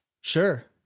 Sure